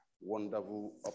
wonderful